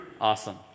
Awesome